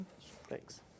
thanks